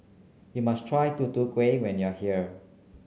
you must try Tutu Kueh when you are here